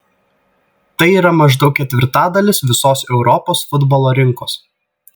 tai yra maždaug ketvirtadalis visos europos futbolo rinkos